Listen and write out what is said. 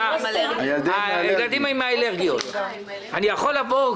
אני יכול לבוא,